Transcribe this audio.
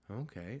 Okay